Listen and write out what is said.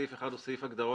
סעיף 1 הוא סעיף הגדרות,